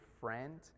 friend